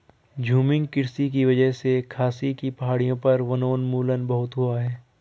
झूमिंग कृषि की वजह से खासी की पहाड़ियों पर वनोन्मूलन बहुत हुआ है